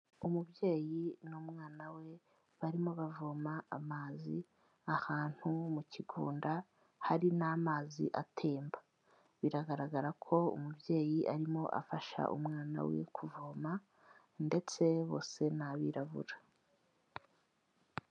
Umubyeyi n'umwana we barimo bavoma amazi ahantu mu kigunda, hari n'amazi atemba. Biragaragara ko umubyeyi arimo afasha umwana we kuvoma ndetse bose ni abirabura.